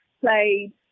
played